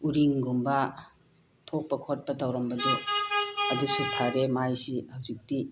ꯎꯔꯤꯡꯒꯨꯝꯕ ꯊꯣꯛꯄ ꯈꯣꯠꯄ ꯇꯧꯔꯝꯕꯗꯨ ꯑꯗꯨꯁꯨ ꯐꯔꯦ ꯃꯥꯏꯁꯤ ꯍꯧꯖꯤꯛꯇꯤ